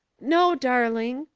no, darling,